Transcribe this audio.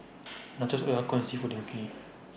Nachos Okayu Seafood Linguine